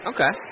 Okay